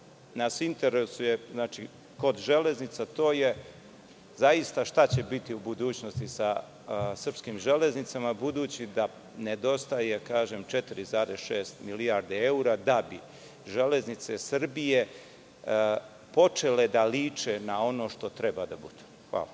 nas interesuje kod železnica, to je šta će biti u budućnosti sa srpskim železnicama, budući da nedostaje 4,6 milijardi evra da bi „Železnice Srbije“ počele da liče na ono što treba da bude? Hvala.